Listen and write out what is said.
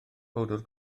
powdr